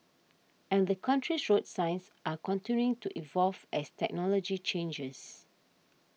and the country's road signs are continuing to evolve as technology changes